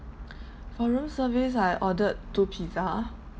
for room service I ordered two pizza